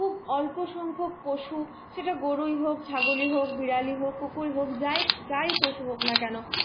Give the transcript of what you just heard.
খুব অল্প সংখ্যক পশু সেটা গরুই হোক ছাগলই হোক বিড়ালই হোক কুকুরই হোক যাই যাই পশু হোক না কেন